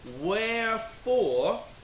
Wherefore